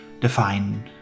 define